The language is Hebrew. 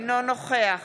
אינו נוכח